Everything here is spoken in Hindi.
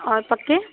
और पक्के